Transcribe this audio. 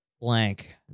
blank